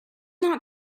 not